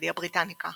אנציקלופדיה בריטניקה